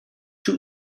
two